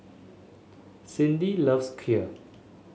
Cyndi loves Kheer